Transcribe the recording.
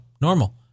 normal